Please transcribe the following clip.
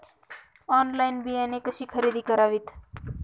Online बियाणे कशी खरेदी करावीत?